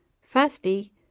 Firstly